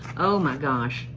oh my gosh.